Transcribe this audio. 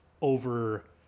over